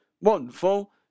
Wonderful